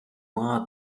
rat